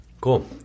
cool